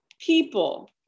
people